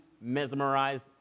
mesmerized